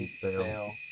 fail.